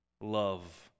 love